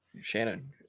shannon